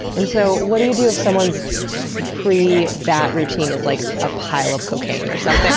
and so what do you do if someone's pre-bat routine is like a pile of cocaine or so yeah